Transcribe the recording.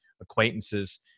acquaintances